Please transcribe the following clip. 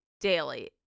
daily